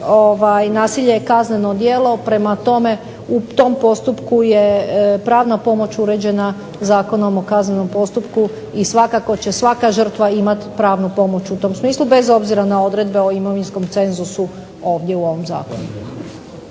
Nasilje je kazneno djelo, prema tome u tom postupku je pravna pomoć uređena Zakonom o kaznenom postupku, i svakako će svaka žrtva imati pravnu pomoć u tom smislu, bez obzira na odredbe o imovinskom cenzusu ovdje u ovom zakonu.